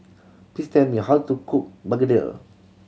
please tell me how to cook begedil